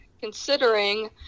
considering